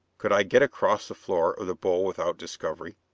could i get across the floor of the bowl without discovery?